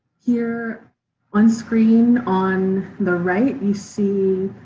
here on screen on the right you see